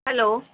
hello